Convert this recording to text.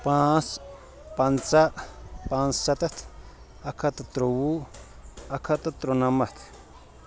پانٛژھ پنٛژاہ پانٛژھ سَتَتھ اَکھ ہَتھ تہٕ ترٛۆوُہ اَکھ ہَتھ تہٕ ترُنَمَتھ